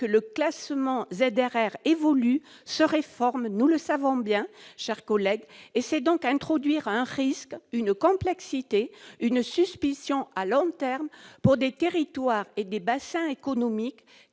que le classement ZRR évolue et se réforme, nous le savons bien, chers collègues. C'est donc introduire un risque, une complexité, une suspicion pour des territoires et des bassins économiques